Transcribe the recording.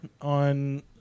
on